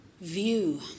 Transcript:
view